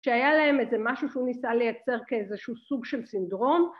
שהיה להם איזה משהו שהוא ניסה לייצר כאיזשהו סוג של סינדרום.